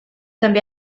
també